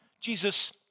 Jesus